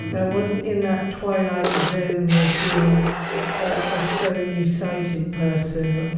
i wasn't in that twilight zone of being a phony sighted person.